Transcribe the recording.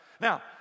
now